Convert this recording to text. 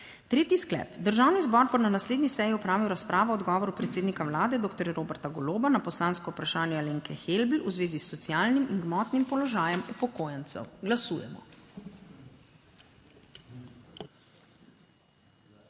Tretji sklep: Državni zbor bo na naslednji seji opravil razpravo o odgovoru predsednika Vlade doktorja Roberta Goloba na poslansko vprašanje Alenke Helbl v zvezi s socialnim in gmotnim položajem upokojencev. Glasujemo.